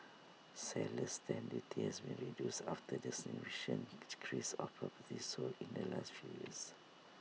seller's stamp duty has been reduced after the significant decrease of properties sold in the last few years